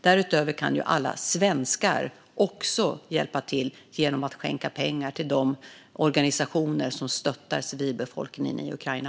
Därutöver kan ju alla svenskar hjälpa till genom att skänka pengar till de organisationer som stöttar civilbefolkningen i Ukraina.